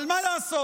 אבל מה לעשות,